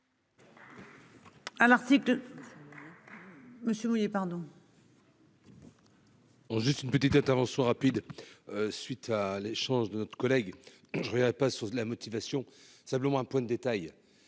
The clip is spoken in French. Juste une petite intervention rapide. Suite à l'échange de notre collègue. Je pas sur la motivation simplement un point de détail.